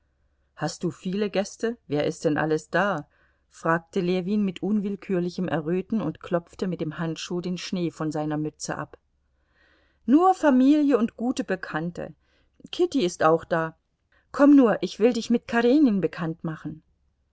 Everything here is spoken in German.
hast du viele gäste wer ist denn alles da fragte ljewin mit unwillkürlichem erröten und klopfte mit dem handschuh den schnee von seiner mütze ab nur familie und gute bekannte kitty ist auch da komm nur ich will dich mit karenin bekannt machen